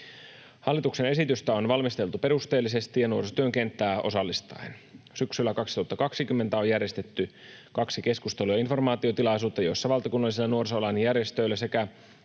Hallituksen esitystä on valmisteltu perusteellisesti ja nuorisotyön kenttää osallistaen. Syksyllä 2020 on järjestetty kaksi keskustelu- ja informaatiotilaisuutta, joissa valtakunnallisilla nuorisoalan järjestöillä sekä